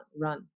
run